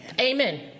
Amen